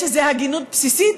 יש איזו הגינות בסיסית,